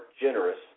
generous